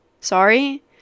Sorry